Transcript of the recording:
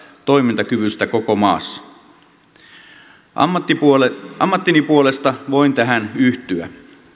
toimintakyvystä koko maassa ammattini puolesta voin tähän yhtyä